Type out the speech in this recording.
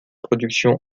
production